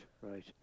right